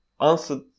answer